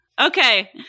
Okay